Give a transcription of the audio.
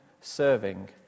serving